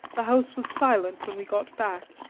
the house was silent when we got back,